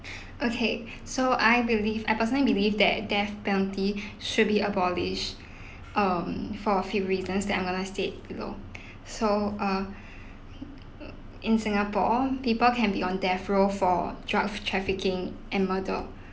okay so I believe I personally believe that death penalty should be abolished um for a few reasons that I'm gonna state below so uh in singapore people can be on death row for drug trafficking and murder